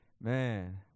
Man